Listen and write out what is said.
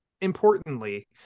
Importantly